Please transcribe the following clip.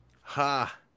Ha